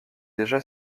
déjà